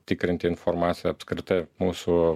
tikrinti informaciją apskritai mūsų